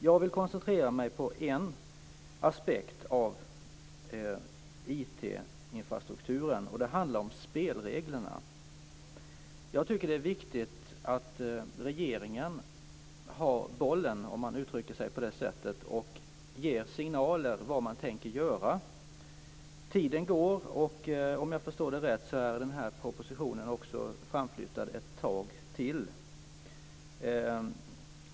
Jag vill koncentrera mig på en aspekt av IT infrastrukturen. Det handlar om spelreglerna. Jag tycker att det är viktigt att regeringen har bollen, om jag uttrycker mig på det sättet, och ger signaler om vad man tänker göra. Tiden går, och om jag förstår det rätt är propositionen framflyttad ett tag till.